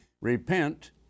Repent